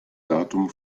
datum